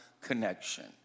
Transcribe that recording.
connection